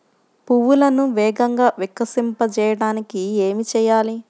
పువ్వులను వేగంగా వికసింపచేయటానికి ఏమి చేయాలి?